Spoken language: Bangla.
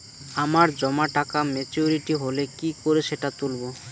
আমার জমা টাকা মেচুউরিটি হলে কি করে সেটা তুলব?